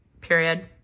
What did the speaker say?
period